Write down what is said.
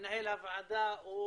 מנהל הוועדה,